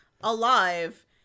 alive